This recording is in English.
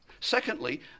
Secondly